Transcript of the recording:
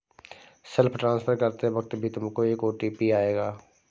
self transfer करते वक्त भी तुमको एक ओ.टी.पी आएगा